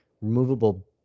removable